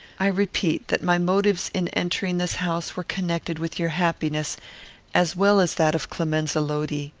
i repeat that my motives in entering this house were connected with your happiness as well as that of clemenza lodi.